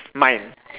mine